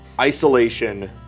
Isolation